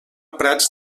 prats